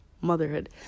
motherhood